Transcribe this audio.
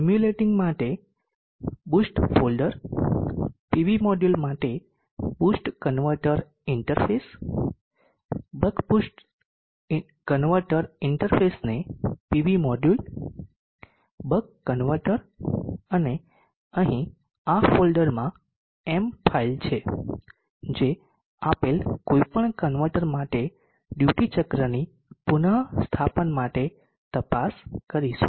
simulating માટે boost folder PV module માટે boost converter interface buck boost converter ઇંટરફેસને PV module buck converter અને અહીં આ ફોલ્ડરમાં M ફાઇલ છે જે આપેલ કોઈપણ કન્વર્ટર માટે ડ્યુટી ચક્રની પુનસ્થાપન માટે તપાસ કરીશું